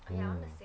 mm